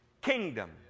kingdom